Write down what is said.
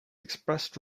expressed